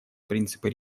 принципы